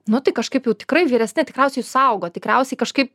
nu tai kažkaip jau tikrai vyresni tikriausiai saugo tikriausiai kažkaip